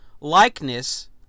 likeness